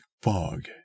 fog